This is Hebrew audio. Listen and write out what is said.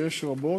ויש רבות.